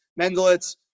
Mendelitz